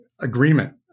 agreement